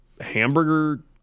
hamburger